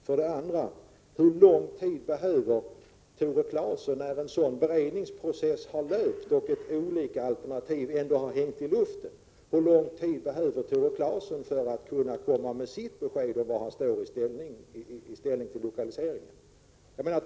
För det andra: Hur lång tid behöver Tore Claeson, när en beredningsprocess har genomgåtts och olika alternativ hänger i luften, för att kunna lämna sitt besked om var han står i lokaliseringsfrågan?